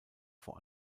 vor